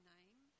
Name